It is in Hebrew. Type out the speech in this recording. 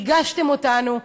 ריגשתם אותנו,